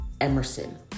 Emerson